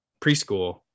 preschool